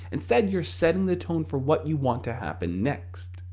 instead, you're setting the tone for what you want to happen next.